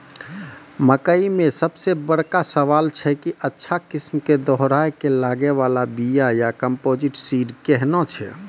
मकई मे सबसे बड़का सवाल छैय कि अच्छा किस्म के दोहराय के लागे वाला बिया या कम्पोजिट सीड कैहनो छैय?